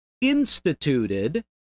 instituted